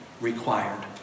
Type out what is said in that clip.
required